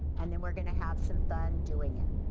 and then we're gonna have some fun doing it.